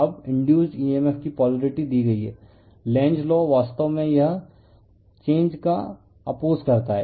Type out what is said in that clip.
अब induced emf की polarity दी गई है लेन्ज़ लॉ वास्तव में यह चेंज का ऑप्पोस करता है